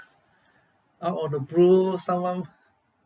out of the blue someone